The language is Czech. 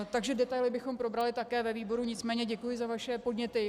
Takže detaily bychom probrali také ve výboru, nicméně děkuji za vaše podněty.